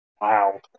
Wow